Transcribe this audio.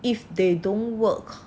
if they don't work